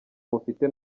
mufite